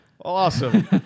awesome